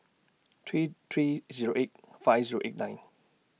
three three Zero eight five Zero eight nine